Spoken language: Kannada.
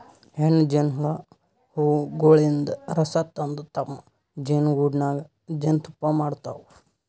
ಹೆಣ್ಣ್ ಜೇನಹುಳ ಹೂವಗೊಳಿನ್ದ್ ರಸ ತಂದ್ ತಮ್ಮ್ ಜೇನಿಗೂಡಿನಾಗ್ ಜೇನ್ತುಪ್ಪಾ ಮಾಡ್ತಾವ್